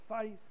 faith